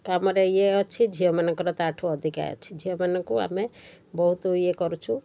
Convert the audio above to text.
କାମରେ ଇଏ ଅଛି ଝିଅମାନଙ୍କର ତା'ଠୁ ଅଧିକା ଅଛି ଝିଅମାନଙ୍କୁ ଆମେ ବହୁତ ଇଏ କରୁଛୁ